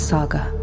Saga